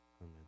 Amen